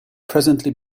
presently